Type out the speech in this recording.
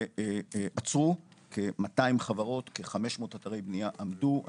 וכ-200 חברות עצרו,